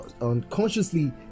unconsciously